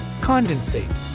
condensate